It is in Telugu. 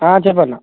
చెప్పు అన్న